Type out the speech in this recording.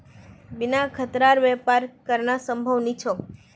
बिना खतरार व्यापार करना संभव नी छोक